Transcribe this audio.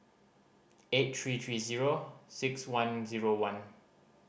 eight three three zero six one zero one